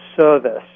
service